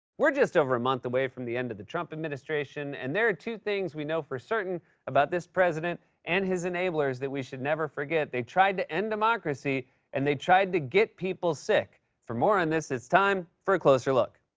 we're just over a month away from the end of the trump administration, and there are two things we know for certain about this president and his enablers that we should never forget. they tried to end democracy and they tried to get people sick. for more on this, it's time for a closer look.